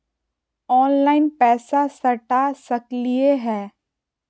Online पैसा सटा सकलिय है?